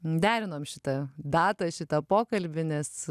derinom šitą datą į šitą pokalbį nes